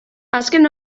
azken